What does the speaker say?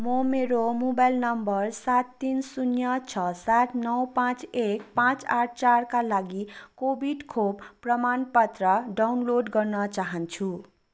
म मेरो mobile number सात तिन शून्य छ सात नौ पाँच एक पाँच आठ चारका लागि कोभिड खोप प्रमाणपत्र डाउनलोड गर्न चाहन्छु